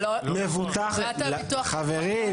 חברים,